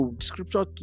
Scripture